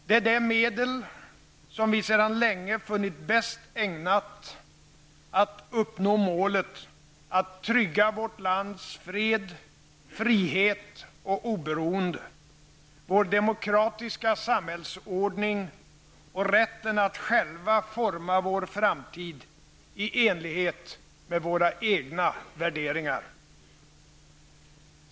Det är det medel som vi sedan länge funnit bäst ägnat att uppnå målet att trygga vårt lands fred, frihet och oberoende, vår demokratiska samhällsordning och rätten att själva forma vår framtid i enlighet med våra egna värderingar.